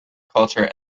culture